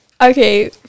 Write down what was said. okay